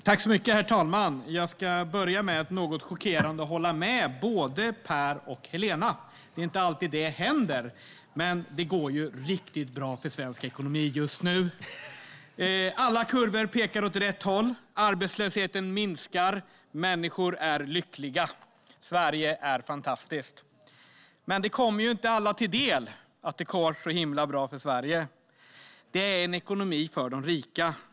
Herr talman! Jag ska börja med att, något chockerande, hålla med både Per och Helena. Det är inte alltid det händer! Men det går ju riktigt bra för svensk ekonomi just nu. Alla kurvor pekar åt rätt håll, arbetslösheten minskar och människor är lyckliga. Sverige är fantastiskt! Det kommer dock inte alla till del att det går så himla bra för Sverige. Det är en ekonomi för de rika.